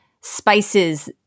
spices